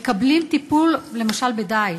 למשל ב"דאעש",